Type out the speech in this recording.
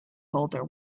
holder